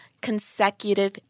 consecutive